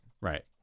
Right